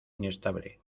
inestable